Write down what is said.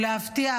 ולהבטיח,